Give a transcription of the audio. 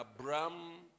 Abraham